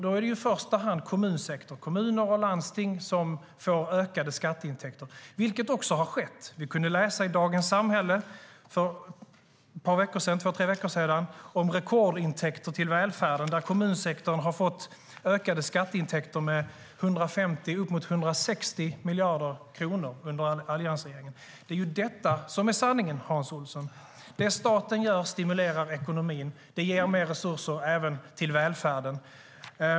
Då är det i första hand kommunsektorn - kommuner och landsting - som får ökade skatteintäkter, vilket också har skett. Vi kunde läsa i Dagens Samhälle för två tre veckor sedan om rekordintäkter till välfärden, där kommunsektorn har fått ökade skatteintäkter med 150, upp mot 160 miljarder kronor under alliansregeringen. Det är detta som är sanningen, Hans Olsson. Det staten gör stimulerar ekonomin. Det ger mer resurser även till välfärden.